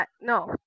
no